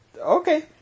Okay